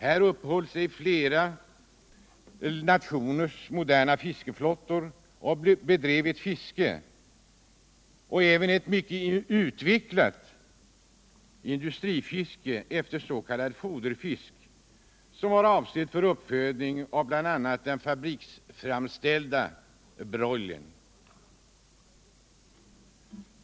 Här uppehöll sig flera nationers moderna fiskeflottor och bedrev fiske — även ett mycket utvecklat industrifiske ofter s.k. foderfisk, avsedd bl.a. för uppfödning av den fabriksframställda broilern.